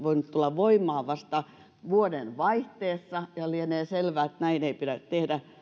voinut tulla voimaan vasta vuodenvaihteessa ja lienee selvää että näin ei pidä tehdä